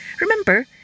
Remember